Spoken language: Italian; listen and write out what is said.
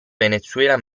venezuela